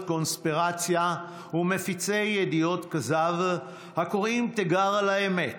קונספירציה ומפיצי ידיעות כזב הקוראים תיגר על האמת,